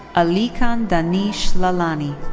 alykhan danish lalani.